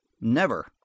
Never